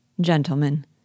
Gentlemen